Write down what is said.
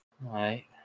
right